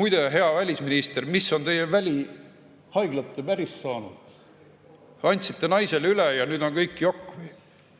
Muide, hea välisminister, mis on teie välihaiglate ärist saanud? Andsite naisele üle ja nüüd on kõik jokk